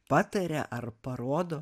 pataria ar parodo